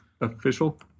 official